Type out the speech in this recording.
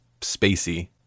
Spacey